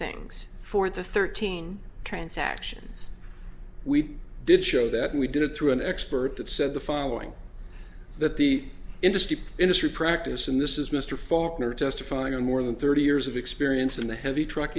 things for the thirteen transactions we did show that we did it through an expert that said the following that the industry industry practice and this is mr faulkner testifying on more than thirty years of experience in the heavy truck